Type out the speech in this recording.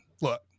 look